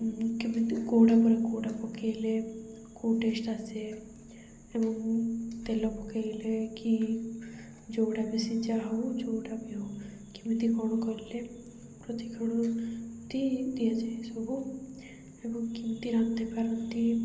କେମିତି କେଉଁଟା ପରେ କେଉଁଟା ପକାଇଲେ କେଉଁ ଟେଷ୍ଟ ଆସେ ଏବଂ ତେଲ ପକାଇଲେ କି ଯେଉଁଟା ବି ସିଝା ହଉ ଯେଉଁଟା ବି ହଉ କେମିତି କ'ଣ କଲେ ପ୍ରଶିକ୍ଷଣତି ଦିଆଯାଏ ସବୁ ଏବଂ କେମିତି ରାନ୍ଧି ପାରନ୍ତି